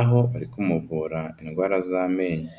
aho bari kumuvura indwara z'amenyo.